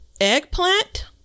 eggplant